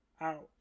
out